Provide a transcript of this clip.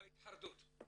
ההתחרדות.